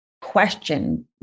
question